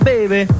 Baby